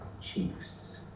chiefs